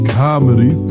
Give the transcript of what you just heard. comedy